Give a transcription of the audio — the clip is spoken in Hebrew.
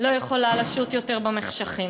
לא יכולה לשוט יותר במחשכים.